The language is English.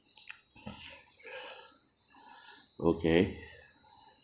okay